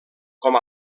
com